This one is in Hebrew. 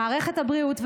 שבה מערכת הבריאות,